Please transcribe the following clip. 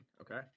okay